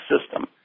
system